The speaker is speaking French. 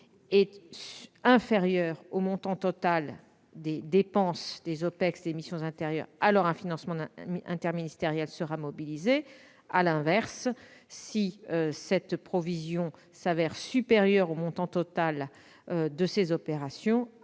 est inférieure au montant total des dépenses des OPEX et des missions intérieures, alors un financement interministériel sera mobilisé. À l'inverse, si cette provision s'avère supérieure au montant total de ces opérations,